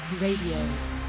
Radio